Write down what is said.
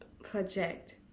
project